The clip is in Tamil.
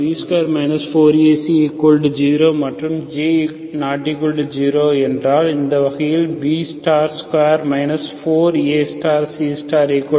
B2 4AC0 மற்றும் J≠0 என்றால் இந்த வகையில் B2 4AC0